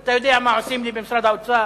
אתה יודע מה עושים לי במשרד האוצר?